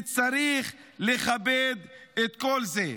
וצריך לכבד את כל זה.